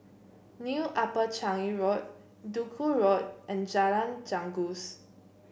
New Upper Changi Road Duku Road and Jalan Janggus